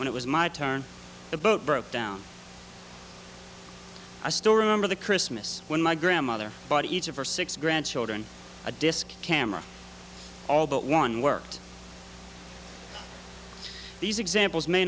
when it was my turn the boat broke down a story member the christmas when my grandmother but each of her six grandchildren a disc camera all but one worked these examples may